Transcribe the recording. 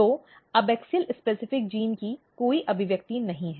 तो एबॅक्सियल विशिष्ट जीन की कोई अभिव्यक्ति नहीं है